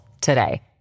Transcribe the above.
today